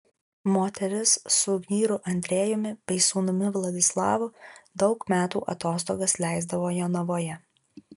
moteris su vyru andrejumi bei sūnumi vladislavu daug metų atostogas leisdavo jonavoje